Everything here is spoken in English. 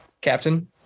Captain